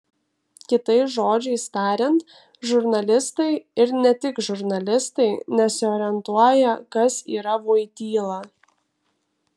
kitais žodžiais tariant žurnalistai ir ne tik žurnalistai nesiorientuoja kas yra voityla